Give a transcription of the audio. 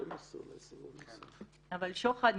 אבל שוחד,